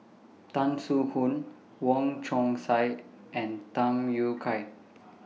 Tan Soo Khoon Wong Chong Sai and Tham Yui Kai